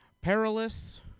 perilous